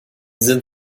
sind